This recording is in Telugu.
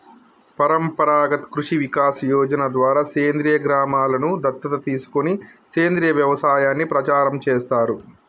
పరంపరాగత్ కృషి వికాస్ యోజన ద్వారా సేంద్రీయ గ్రామలను దత్తత తీసుకొని సేంద్రీయ వ్యవసాయాన్ని ప్రచారం చేస్తారు